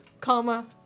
Comma